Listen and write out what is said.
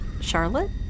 charlotte